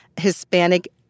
Hispanic